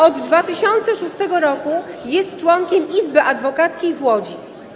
Od 2006 r. jest członkiem Izby Adwokackiej w Łodzi.